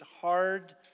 hard